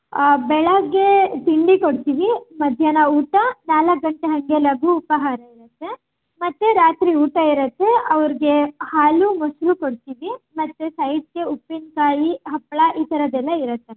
ಬೆಳಗ್ಗೆ ತಿಂಡಿ ಕೊಡ್ತೀವಿ ಮಧ್ಯಾಹ್ನ ಊಟ ನಾಲ್ಕು ಗಂಟೆ ಹಾಗೆ ಲಘು ಉಪಹಾರ ಇರತ್ತೆ ಮತ್ತು ರಾತ್ರಿ ಊಟ ಇರತ್ತೆ ಅವರಿಗೆ ಹಾಲು ಮೊಸರು ಕೊಡ್ತೀವಿ ಮತ್ತು ಸೈಡ್ಗೆ ಉಪ್ಪಿನಕಾಯಿ ಹಪ್ಪಳ ಈ ಥರದ್ದೆಲ್ಲ ಇರತ್ತೆ ಮ್ಯಾಮ್